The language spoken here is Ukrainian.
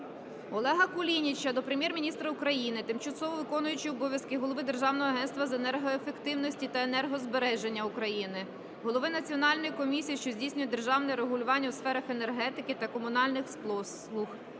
Олега Кулініча до Прем'єр-міністра України, тимчасово виконуючого обов'язки голови Державного агентства з енергоефективності та енергозбереження України, голови Національної комісії, що здійснює державне регулювання у сферах енергетики та комунальних послуг